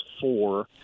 four